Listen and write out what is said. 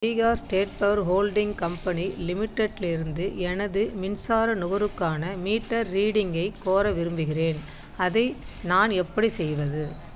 Bihar state power holding company லிமிடெட்லிருந்து எனது மின்சார நுகர்வுக்கான மீட்டர் ரீடிங்கைக் கோர விரும்புகிறேன் அதை நான் எப்படி செய்வது